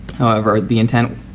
however, the intent